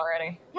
already